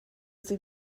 sie